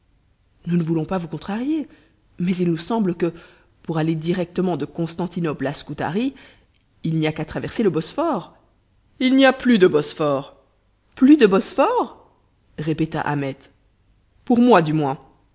nous ne voulons pas vous contrarier mais il nous semble que pour aller directement de constantinople à scutari il n'y a qu'à traverser le bosphore il n'y a plus de bosphore plus de bosphore répéta ahmet pour moi du moins